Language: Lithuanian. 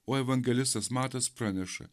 o evangelistas matas praneša